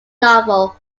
novel